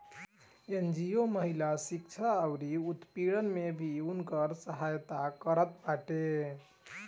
NGO महिला शिक्षा अउरी उत्पीड़न में भी उनकर सहायता करत बाटे